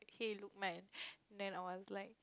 K look mine then I was like